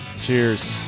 cheers